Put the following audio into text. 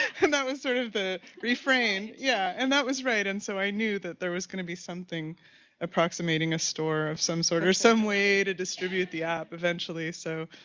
and that was sort of the refrain. yeah, and that was right. and so i knew that there was going to be something approximating a store of some sort or some way to distribute the app eventually. so,